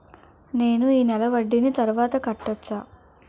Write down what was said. నేను ఈ నెల వడ్డీని తర్వాత కట్టచా?